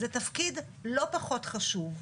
זה תפקיד לא פחות חשוב.